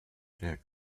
der